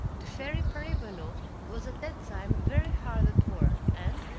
the fairy paribanou was at that time very hard at work, and,